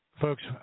Folks